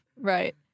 Right